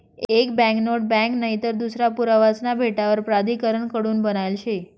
एक banknote bank नईतर दूसरा पुरावासना भेटावर प्राधिकारण कडून बनायेल शे